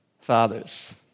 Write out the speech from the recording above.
fathers